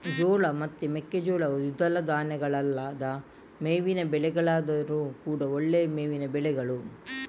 ಜೋಳ ಮತ್ತು ಮೆಕ್ಕೆಜೋಳವು ದ್ವಿದಳ ಧಾನ್ಯಗಳಲ್ಲದ ಮೇವಿನ ಬೆಳೆಗಳಾದ್ರೂ ಕೂಡಾ ಒಳ್ಳೆಯ ಮೇವಿನ ಬೆಳೆಗಳು